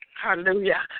Hallelujah